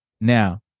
now